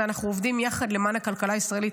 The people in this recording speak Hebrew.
ואנחנו עובדים יחד למען הכלכלה הישראלית.